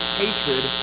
hatred